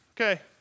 Okay